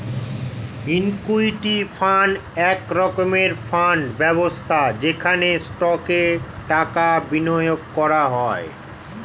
equity fund এক রকমের fund ব্যবস্থা যেখানে স্টকে টাকা বিনিয়োগ করা হয়